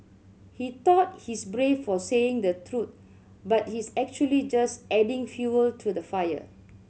he thought he's brave for saying the truth but he's actually just adding fuel to the fire